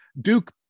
Duke